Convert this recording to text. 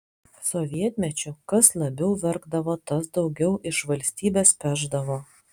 sovietmečiu kas labiau verkdavo tas daugiau iš valstybės pešdavo